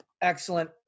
excellent